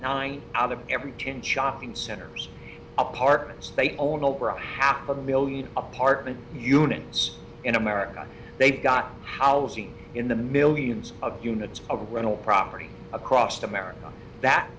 nine out of every ten shopping centers apartments they own a half a million apartment units in america they've got housing in the millions of units a rental property across america that